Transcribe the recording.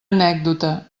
anècdota